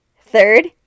Third